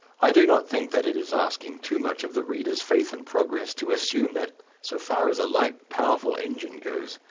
i do not think that it is asking too much of the reader's faith in progress to assume that so far as a light powerful engine goes,